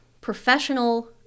professional